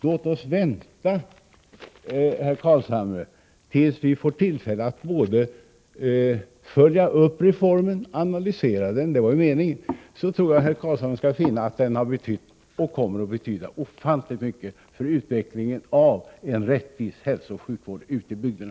Låt oss vänta, herr Carlshamre, tills vi får tillfälle att både följa upp reformen och analysera den — det var ju meningen. Då tror jag att herr Carlshamre skall finna att den har betytt — och kommer att betyda — ofantligt mycket för utvecklingen av en rättvis hälsooch sjukvård ute i bygderna.